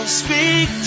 speak